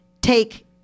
take